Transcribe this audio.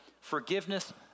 forgiveness